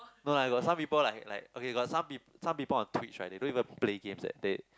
no lah got some people like like okay got some pe~ some people on Tweets like they don't even play games that they